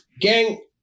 gang